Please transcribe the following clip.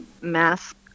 mask